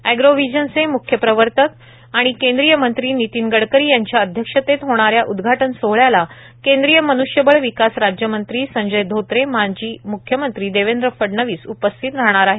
एग्रोव्हिजनचे मुख्य प्रवर्तक आणि केंद्रीय मंत्री नितीन गडकरी यांच्या अध्यक्षतेत होणाऱ्या उद्घाटन सोहळ्याला केंद्रीय मन्ष्यबळ विकास राज्यमंत्री संजय धोत्रे माजी म्ख्यमंत्री देवेंद्र फडणवीस उपस्थित राहणार आहेत